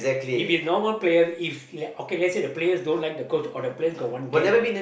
if is normal player if okay let's say the players don't like the coach or the players have one gang ah